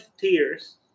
tears